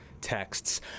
texts